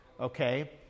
okay